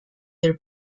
their